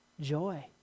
joy